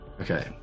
Okay